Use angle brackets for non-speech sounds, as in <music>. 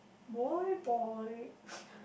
boy boy <breath>